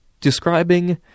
describing